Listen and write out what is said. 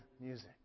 music